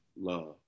love